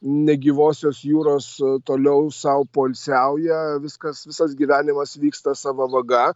negyvosios jūros toliau sau poilsiauja viskas visas gyvenimas vyksta sava vaga